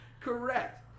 Correct